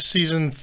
Season